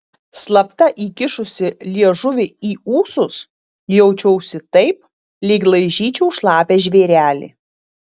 slapta įkišusi liežuvį į ūsus jaučiausi taip lyg laižyčiau šlapią žvėrelį